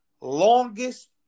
longest